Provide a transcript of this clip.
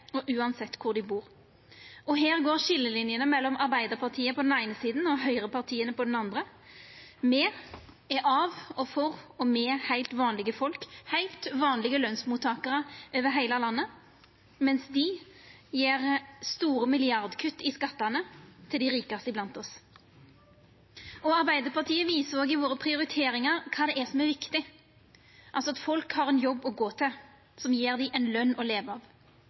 og uansett kor dei bur. Her går skiljelinene mellom Arbeidarpartiet på den eine sida og høgrepartia på den andre. Me er av og for heilt vanlege folk, heilt vanlege lønsmottakarar over heile landet, mens dei gjev store milliardkutt i skattane til dei rikaste blant oss. Me i Arbeidarpartiet viser òg i prioriteringane våre kva det er som er viktig: at folk har ein jobb å gå til, som gjev dei ei løn å leva av. I salen i dag har me òg eit forslag som vedkjem ein